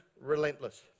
relentless